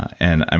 and i